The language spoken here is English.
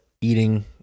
eating